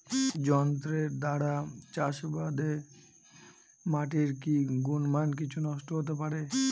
যন্ত্রের দ্বারা চাষাবাদে মাটির কি গুণমান কিছু নষ্ট হতে পারে?